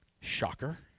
Shocker